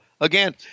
again